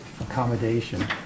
accommodation